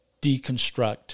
deconstruct